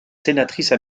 sénatrice